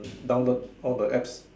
download all the apps